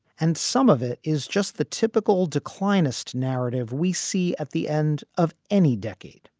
and some of it is just the typical declinist narrative we see at the end of any decade.